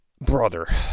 brother